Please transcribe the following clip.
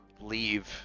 leave